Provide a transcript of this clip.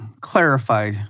clarify